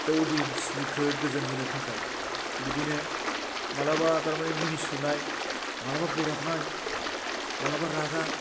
दा अदिएन्चखौ गोजोन होनो थाखाय बिदिनो मालाबा थारमानि मिनिस्लुनाय मालाबा बोराबनाय मालाबा रागा